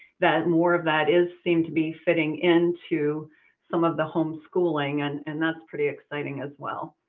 that more of that is seemed to be fitting into some of the homeschooling. and and that's pretty exciting as well.